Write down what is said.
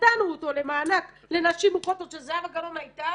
נתנו אותו למענק לנשים מוכות עוד כשזהבה גלאון הייתה.